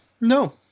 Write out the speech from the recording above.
no